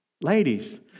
Ladies